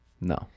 No